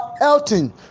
Elton